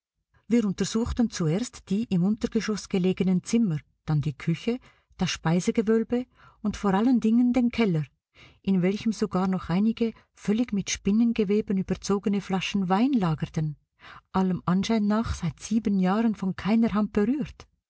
wir untersuchten zuerst die im untergeschoß gelegenen zimmer dann die küche das speisegewölbe und vor allen dingen den keller in welchem sogar noch einige völlig mit spinnengeweben überzogene flaschen wein lagerten allem anschein nach seit sieben jahren von keiner hand berührt